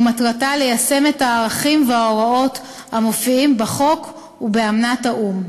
ומטרתה ליישם את הערכים וההוראות המופיעים בחוק ובאמנת האו"ם.